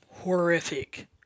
horrific